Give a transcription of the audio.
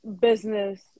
business